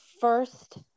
first